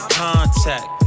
contact